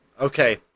Okay